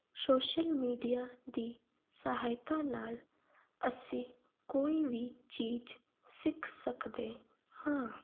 social media ਦੀ ਸਹਾਇਤਾ ਨਾਲ ਅਸੀਂ ਕੋਈ ਵੀ ਚੀਜ਼ ਸਿੱਖ ਸਕਦੇ ਹਾਂ